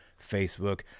facebook